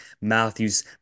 Matthews